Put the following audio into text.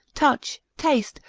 touch, taste,